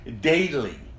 daily